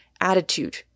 attitude